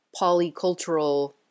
polycultural